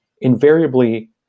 invariably